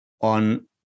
on